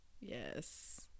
Yes